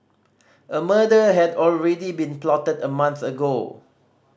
a murder had already been plotted a month ago